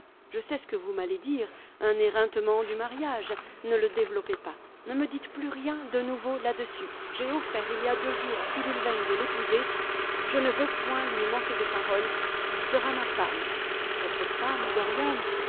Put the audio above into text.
je sais ce que vous m'allez dire un éreintement du mariage ne le développez pas ne me dites plus rien de nouveau là-dessus j'ai offert il y a deux jours à sibyl vane de l'épouser je ne veux point lui manquer de parole elle sera ma femme votre femme